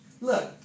Look